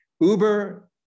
Uber